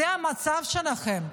זה המצב שלכם.